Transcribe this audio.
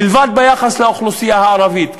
מלבד ביחס לאוכלוסייה הערבית.